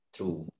True